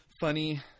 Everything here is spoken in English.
funny